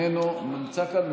איננו, הוא נמצא כאן?